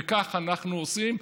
וכך אנחנו עושים.